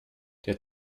der